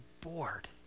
bored